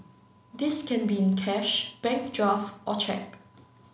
this can be in cash bank draft or cheque